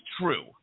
true